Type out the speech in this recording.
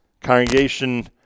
Congregation